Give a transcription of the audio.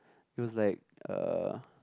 it was like uh